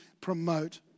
promote